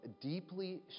deeply